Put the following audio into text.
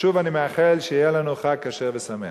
שוב, אני מאחל שיהיה לנו חג כשר ושמח.